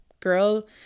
girl